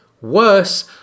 Worse